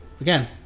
again